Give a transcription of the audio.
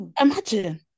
Imagine